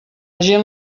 gent